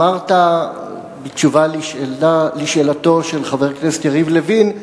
אמרת בתשובה על שאלתו של חבר הכנסת יריב לוין: